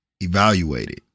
evaluated